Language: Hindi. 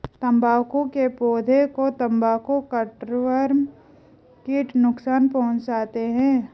तंबाकू के पौधे को तंबाकू कटवर्म कीट नुकसान पहुंचाते हैं